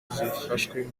zifashwe